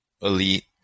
elite